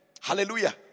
Hallelujah